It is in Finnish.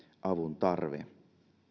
avun tarve